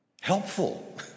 helpful